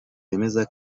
bemeza